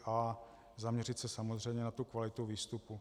A zaměřit se samozřejmě na kvalitu výstupu.